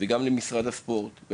וגם לגבי משרד הספורט.